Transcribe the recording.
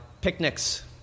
picnics